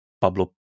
Pablo